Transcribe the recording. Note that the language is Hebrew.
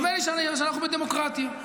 נדמה לי שאנחנו בדמוקרטיה.